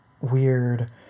weird